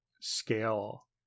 scale